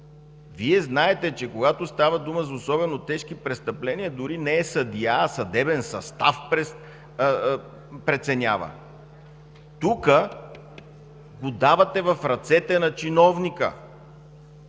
Вие знаете, че когато става дума за особено тежки престъпления, дори не съдия, а съдебен състав преценява. Тук го давате в ръцете на чиновника.